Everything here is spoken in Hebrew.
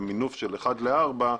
במינוף של אחד לארבע,